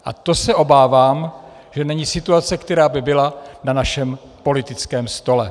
A to se obávám, že není situace, která by byla na našem politickém stole.